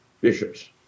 bishops